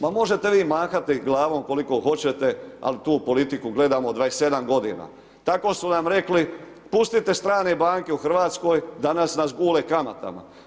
Ma možete vi mahati glavom koliko hoćete ali tu politiku gledamo 27 g. Tako su nam rekli pustite strane banke u Hrvatskoj, da nas gule kamatama.